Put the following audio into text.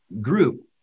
group